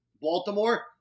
Baltimore